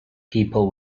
people